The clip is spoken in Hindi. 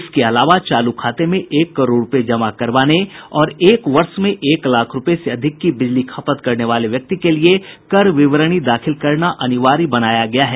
इसके अलावा चालू खाते में एक करोड़ रूपया जमा करवाने और एक वर्ष में एक लाख रूपये से अधिक की बिजली खपत करने वाले व्यक्ति के लिए कर विवरणी दाखिल करना अनिवार्य बनाया गया है